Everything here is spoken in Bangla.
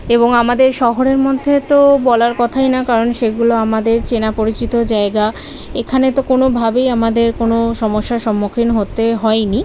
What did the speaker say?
এবং আমাদের শহরের মধ্যে তো বলার কথাই না কারণ সেগুলো আমাদের চেনা পরিচিত জায়গা এখানে তো কোনোভাবেই আমাদের কোনো সমস্যার সম্মুখীন হতে হয়নি